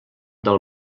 del